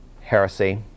heresy